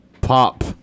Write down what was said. pop